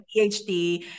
PhD